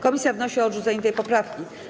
Komisja wnosi o odrzucenie tej poprawki.